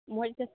মই